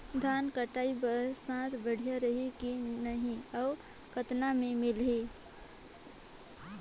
धान कटाई बर साथ बढ़िया रही की नहीं अउ कतना मे मिलही?